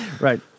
right